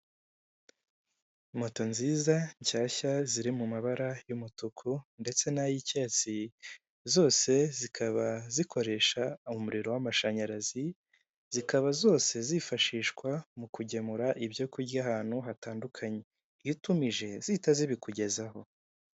Moto nziza, nshyashya, ziri mu mabara y'umutuku ndetse n'ay'icyatsi, zose zikaba zikoresha umuriro w'amashanyarazi, zikaba zose zifashishwa mu kugemura ibyo kurya ahantu hatandukanye. Iyo utumije zihita zibikugezaho.